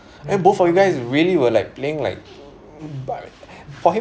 and both of you guys you really were like playing like bi~ bi~